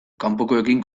kanpokoekin